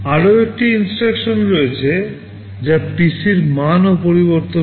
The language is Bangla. আরও একটি INSTRUCTION রয়েছে যা PCর মানও পরিবর্তন করে